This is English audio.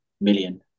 million